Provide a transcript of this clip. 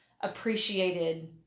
appreciated